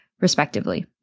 respectively